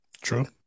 True